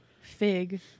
Fig